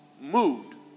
moved